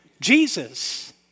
Jesus